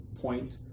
point